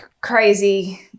crazy